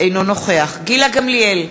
אינו נוכח גילה גמליאל,